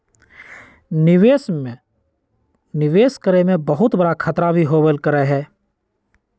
निवेश करे में बहुत बडा खतरा भी होबल करा हई